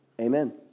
Amen